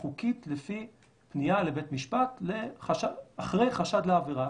חוקית לפי פנייה לבית משפט אחרי חשד לעבירה,